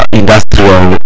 industrial